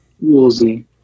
Woolsey